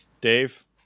Dave